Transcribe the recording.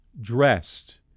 Dressed